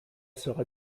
sera